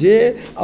जे